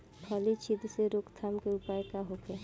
फली छिद्र से रोकथाम के उपाय का होखे?